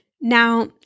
Now